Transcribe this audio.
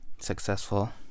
successful